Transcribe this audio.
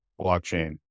blockchain